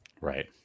right